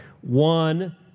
One